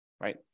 Right